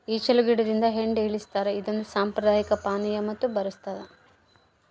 ಈಚಲು ಗಿಡದಿಂದ ಹೆಂಡ ಇಳಿಸ್ತಾರ ಇದೊಂದು ಸಾಂಪ್ರದಾಯಿಕ ಪಾನೀಯ ಮತ್ತು ಬರಸ್ತಾದ